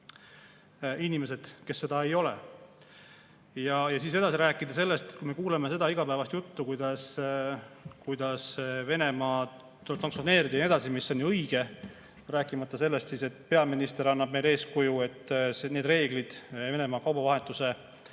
inimesed, kes seda ei ole. Edasi [tahan] rääkida sellest, et me kuuleme seda igapäevast juttu, kuidas Venemaad tuleb sanktsioneerida ja nii edasi – mis on ju õige –, rääkimata sellest, et peaminister annab meile eeskuju, et need reeglid Venemaa kaubavahetuse